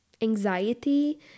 anxiety